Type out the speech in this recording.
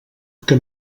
que